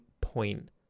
point